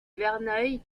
verneuil